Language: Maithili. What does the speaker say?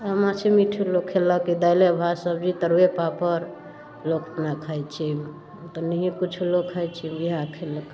आ माछे मीटे लोक खयलक कि दाले भात सब्जी तरुए पापड़ लोक ने खाइत छै तेनाहिये किछु खाइत छै इएह खयलक